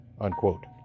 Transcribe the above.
unquote